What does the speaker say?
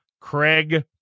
Craig